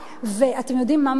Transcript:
ואתם יודעים מה מטריד אותי?